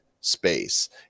space